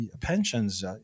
pensions